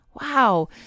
Wow